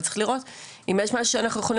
אבל צריך לראות אם יש משהו שאנחנו יכולים